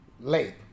late